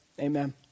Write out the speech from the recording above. amen